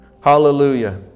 hallelujah